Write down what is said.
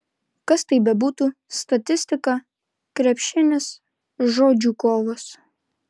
kas tai bebūtų statistika krepšinis žodžių kovos